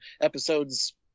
episodes